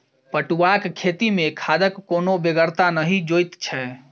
पटुआक खेती मे खादक कोनो बेगरता नहि जोइत छै